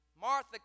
Martha